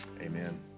amen